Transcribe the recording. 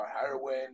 heroin